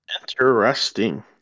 Interesting